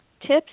tips